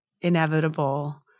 inevitable